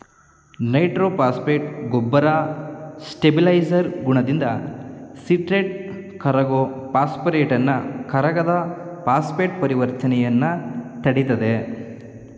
nitrophosphate ಗೊಬ್ಬರ stabiliser ಗುಣದಿಂದ citrate ಕರಗೋ ಫಾಸ್ಫೇಟನ್ನು ಕರಗದ ಫಾಸ್ಫೇಟ್ ಪರಿವರ್ತನೆಯನ್ನು ತಡಿತದೆ